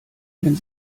wenn